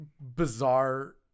bizarre